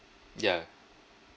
ya